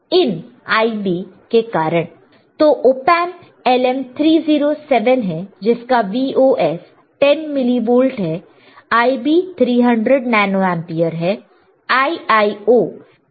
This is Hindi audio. तो ऑपएंप LM307 है जिसका Vos 10 मिली वोल्टस है Ib 300 नैनो एंपियर है Iio is 50 नैनो एंपियर है